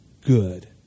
good